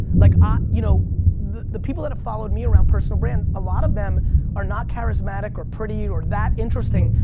like ah you know the the people that have followed me around personal brands a lot of them are not charismatic or pretty or that interesting,